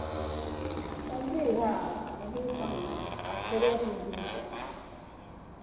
सबजी भाओ अभी कहाँ आब थोड़े एखनि गिरतै